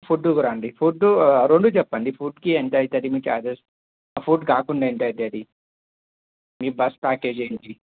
food కూడా అండీ food రెండూ చె ప్పండి ఫుడ్కి ఎంతయితది మీ చార్జెస్ ఫుడ్ కాకుండా ఎంత అవుతుంది మీ బస్ ప్యాకేజీ ఏంటి